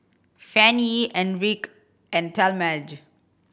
Fannye Enrique and Talmadge